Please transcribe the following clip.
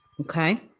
Okay